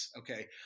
Okay